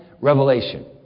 revelation